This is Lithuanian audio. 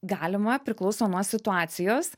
galima priklauso nuo situacijos